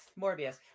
Morbius